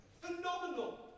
phenomenal